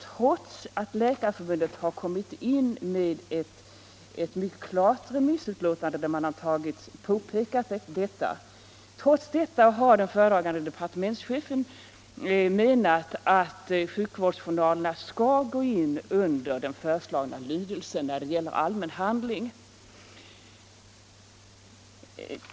Trots att Läkarförbundet i ett mycket klart remissvar har påpekat detta har den föredragande departementschefen menat att sjukhusjournalerna skall gå in under den föreslagna lydelsen när det gäller allmän handling.